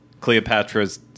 Cleopatra's